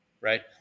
right